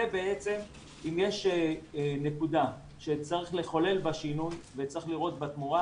אם יש נקודה שצריך לחולל בה שינוי וצריך לראות בה תמורה,